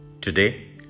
Today